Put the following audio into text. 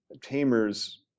Tamer's